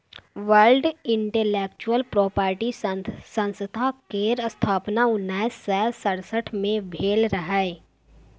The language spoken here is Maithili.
वर्ल्ड इंटलेक्चुअल प्रापर्टी संस्था केर स्थापना उन्नैस सय सड़सठ मे भेल रहय